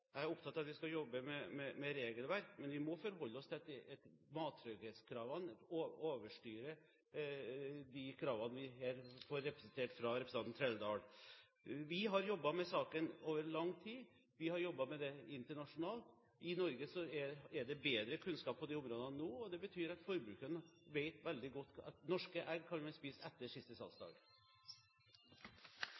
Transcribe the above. at vi skal jobbe med regelverk, men vi må forholde oss til at mattrygghetskravene overstyrer de kravene vi her får presentert fra representanten Trældal. Vi har jobbet med saken over lang tid, vi har jobbet internasjonalt. I Norge er det bedre kunnskap på dette området nå, og det betyr at forbrukerne nå veldig godt vet at norske egg kan man spise etter siste